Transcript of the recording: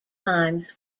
times